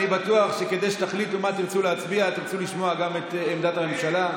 אני בטוח שכדי שתחליטו מה תרצו להצביע תרצו לשמוע גם את עמדת הממשלה.